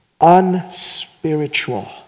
unspiritual